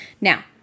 Now